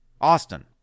Austin